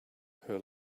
her